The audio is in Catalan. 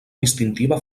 distintiva